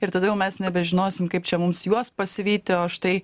ir tada mes nebežinosim kaip čia mums juos pasivyti o štai